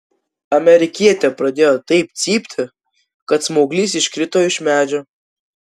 amerikietė pradėjo taip cypti kad smauglys iškrito iš medžio